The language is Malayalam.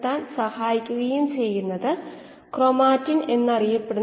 അത്തരം സാഹചര്യങ്ങളിൽ മാത്രമേ സമവാക്യം സാധുതയുള്ളൂ